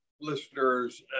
listeners